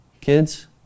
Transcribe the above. kids